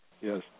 Yes